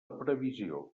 previsió